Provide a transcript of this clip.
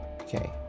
okay